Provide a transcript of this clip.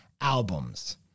albums